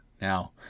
Now